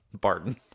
Barton